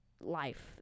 life